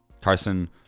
Carson